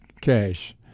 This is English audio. cash